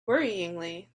worryingly